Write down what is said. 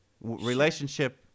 relationship